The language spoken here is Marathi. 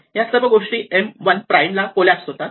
या सर्व गोष्टी M 1 प्राईम ला कोलॅप्स होतात